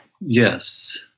Yes